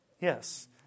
Yes